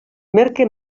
merke